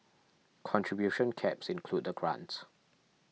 contribution caps include the grants